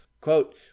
Quote